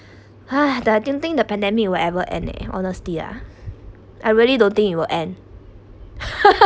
ha but I don't think the pandemic will ever end eh honesty ah I really don't think it will end